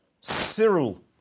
Cyril